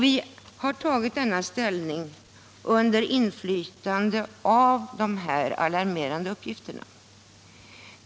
Vi har tagit ställning under inflytande av de alarmerande uppgifterna.